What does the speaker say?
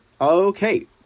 okay